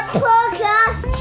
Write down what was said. podcast